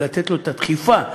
לתת לו את הדחיפה.